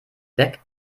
weg